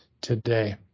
today